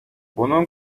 bunun